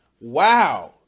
Wow